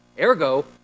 Ergo